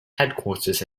headquarters